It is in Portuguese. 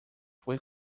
foi